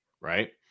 Right